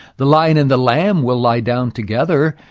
the lion and the lamb will lie down together.